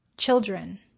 Children